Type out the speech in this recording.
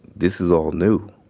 this is all new.